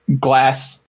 glass